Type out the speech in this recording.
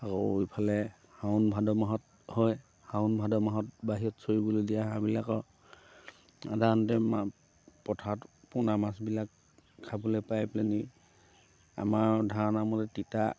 আকৌ ইফালে শাওন ভাদ মাহত হয় শাওন ভাদ মাহত বাহিৰত চৰিবলৈ দিয়া হাঁহবিলাকৰ সাধাৰণতে মা পথাৰত পোনা মাছবিলাক খাবলৈ পাই পেলাহেনি আমাৰ ধাৰণামতে তিতা